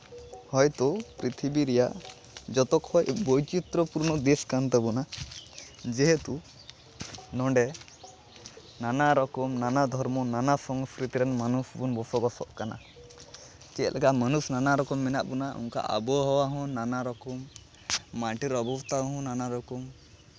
ᱦᱚᱭᱛᱳ ᱯᱨᱤᱛᱷᱤᱵᱤ ᱨᱮᱭᱟᱜ ᱡᱚᱛᱚᱠᱷᱚᱡ ᱵᱳᱭᱪᱤᱛᱨᱚᱯᱩᱨᱱᱚ ᱫᱮᱥ ᱠᱟᱱ ᱛᱟᱵᱳᱱᱟ ᱡᱮᱦᱮᱛᱩ ᱱᱚᱸᱰᱮ ᱱᱟᱱᱟ ᱨᱚᱠᱚᱢ ᱱᱟᱱᱟ ᱫᱷᱚᱨᱢᱚ ᱱᱟᱱᱟ ᱥᱚᱝᱥᱠᱨᱤᱛᱤ ᱨᱮᱱ ᱢᱟᱱᱩᱥ ᱵᱚᱱ ᱵᱚᱥᱚ ᱵᱟᱥᱚᱜ ᱠᱟᱱᱟ ᱪᱮᱫ ᱞᱮᱠᱟ ᱢᱟᱹᱱᱩᱥ ᱱᱟᱱᱟ ᱨᱚᱠᱚᱢ ᱢᱮᱱᱟᱜ ᱵᱚᱱᱟ ᱚᱱᱠᱟ ᱟᱵᱚᱦᱟᱣᱟ ᱦᱚᱸ ᱱᱟᱱᱟ ᱨᱚᱠᱚᱢ ᱢᱟᱴᱷᱮᱨ ᱚᱵᱚᱥᱛᱷᱟ ᱦᱚᱸ ᱱᱟᱱᱟ ᱨᱚᱠᱚᱢ